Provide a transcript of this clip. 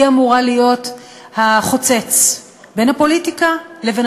היא אמורה להיות החוצץ בין הפוליטיקה לבין